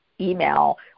email